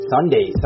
Sunday